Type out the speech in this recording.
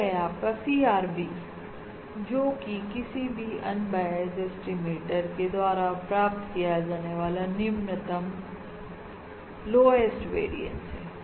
यह है आपका CRBजो कि किसी भी अनबायस एस्टिमेटर के द्वारा प्राप्त किया जाने वाला निम्नतम वेरियंस है